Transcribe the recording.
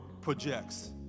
projects